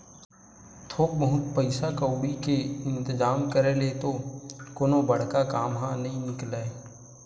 थोक बहुत पइसा कउड़ी के इंतिजाम करे ले तो कोनो बड़का काम ह नइ निकलय